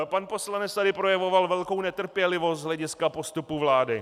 Pan poslanec tady projevoval velkou netrpělivost z hlediska postupu vlády.